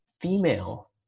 female